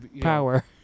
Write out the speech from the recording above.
power